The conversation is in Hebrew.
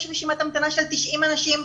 יש רשימת המתנה של 90 אנשים.